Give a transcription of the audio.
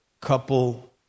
couple